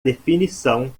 definição